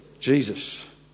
Jesus